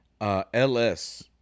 LS